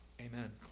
Amen